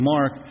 Mark